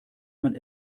man